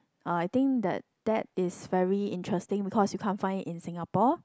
uh I think that that is very interesting because you can't find it in Singapore